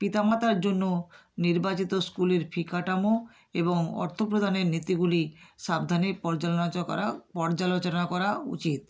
পিতা মাতার জন্য নির্বাচিত স্কুলের ফি কাঠামো এবং অর্থ প্রদানের নীতিগুলি সাবধানে পর্যালনাচা করা পর্যালোচনা করা উচিত